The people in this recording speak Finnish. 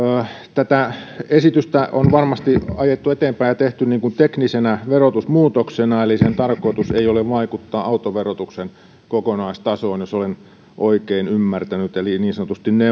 tätä esitystä on varmasti ajettu eteenpäin ja tehty teknisenä verotusmuutoksena eli sen tarkoitus ei ole vaikuttaa autoverotuksen kokonaistasoon jos olen oikein ymmärtänyt eli se on niin sanotusti